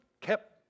kept